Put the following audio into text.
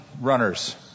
runners